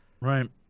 Right